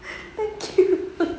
thank you